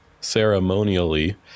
ceremonially